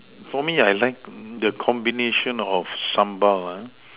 for me I like the combination of sambal